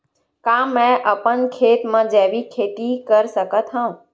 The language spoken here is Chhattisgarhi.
का मैं अपन खेत म जैविक खेती कर सकत हंव?